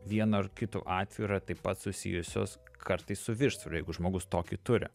vienu ar kitu atveju yra taip pat susijusios kartais su viršsvoriu jeigu žmogus tokį turi